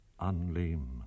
unlame